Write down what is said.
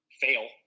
fail